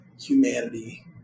humanity